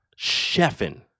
Chefing